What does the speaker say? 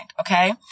okay